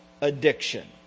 addiction